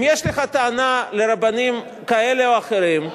אם יש לך טענה על הרבנים כאלה או אחרים,